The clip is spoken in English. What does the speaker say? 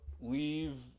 leave